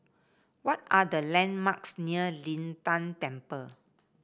what are the landmarks near Lin Tan Temple